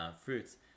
fruits